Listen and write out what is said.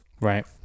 Right